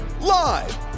live